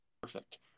Perfect